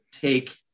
take